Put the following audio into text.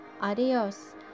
Adios